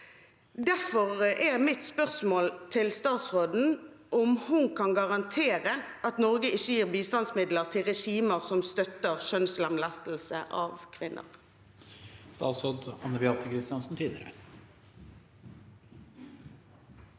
Derfor er mitt spørsmål til statsråden om hun kan garantere at Norge ikke gir bistandsmidler til regimer som støtter kjønnslemlestelse av kvinner.